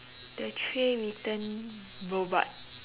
the tray return robot